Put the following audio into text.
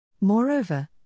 Moreover